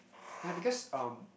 because um